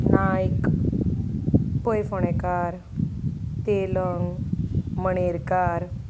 Naik Pai Phondekar Telang Manerkar